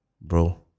Bro